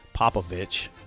Popovich